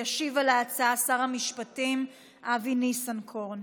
ישיב על ההצעה שר המשפטים אבי ניסנקורן.